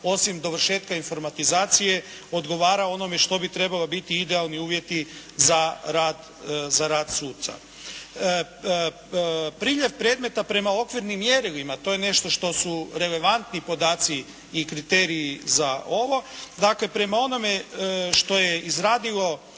osim dovršetka informatizacije odgovara onome što bi trebalo biti idealni uvjeti za rad suca. Priljev predmeta prema okvirnim mjerilima to je nešto što su relevantni podaci i kriteriji za ovo. Dakle, prema onome što je izradilo